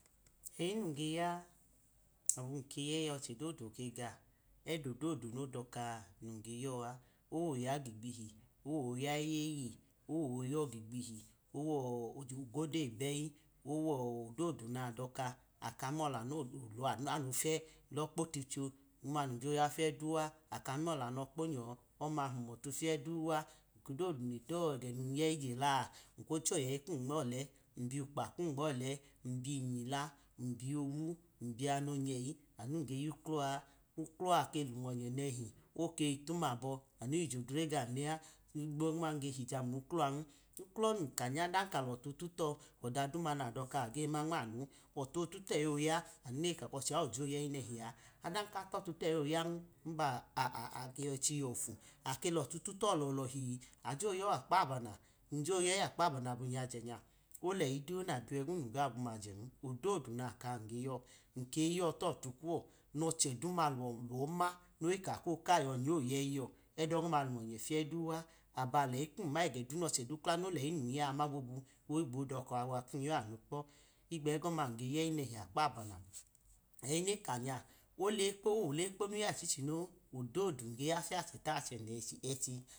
Eyi num ge ya, abum ge yeyi a, ọchẹ dodu kega, ẹdẹ dodu nodokaa num ge yọ a, owoya̱ gigbichi, owoya eyeye, owoyọ gigbiti, owo-godeyi beyi, owọ ododu nadoka, aka miyọ lanọ anu he lọkpoticho ọma num jo yafiyr dua, aka miyọ lanọ kponyọ ọma hum out fiyẹ dua. Eko dodu num letọ tega num yẹyi jela, nkwọchi oyeyi kum nmọlẹ, n biyukpa kum nmọlẹ, nbiyinjila, n biyowu, nbiyamọ onyeyi amu mum ge yuklọ a, uklọ a ke lum-monyẹ nẹhi, okeyi tum abọ, oge jodre gam le, higbo ogoma nge hiya mluklọ an, uklọ num ka nya ọdan ka lotu tuto, ọda duma nadọka age ma nmanu, ọtu otuteyi oga aneka kọcheya ojo yeyi nehia, ọdan ka tọtu teyi oyan, nba-a-ake yoyi cheyọfu, ake lọtu tuto lọlọhi a jo y. o akpabana, njo yẹyi akpabana bum yajẹ nya, olẹyi du nabi wegum noga gwum-myen, ododu nakaa nge yọ, nke iyọ tọtu kuọ nọchẹ dum lu̱wọ lọna noyi ka ko kayi! Onyẹ yẹ yi yọ ẹdẹ ogọma lum-mọnyẹ fiyẹ dua aba leyi kum ma ega nọchẹ duma leyi num ya ma bobu oyi gbo doka kun yo anu kpọ, ngbo ogọma njoyẹyi ne hi akepabama. Eyi nka nya owelpo lekpomu ya ichichine ododu nge ya fiyacheta achẹnẹ ẹchi.